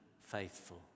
faithful